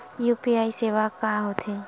UPI सेवा का होथे?